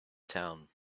town